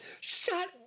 shut